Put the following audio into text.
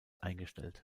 eingestellt